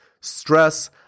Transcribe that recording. stress